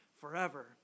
forever